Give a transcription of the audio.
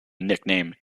nickname